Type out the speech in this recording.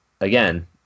again